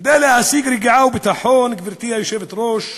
כדי להשיג רגיעה וביטחון, גברתי היושבת-ראש,